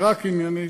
רק עניינית,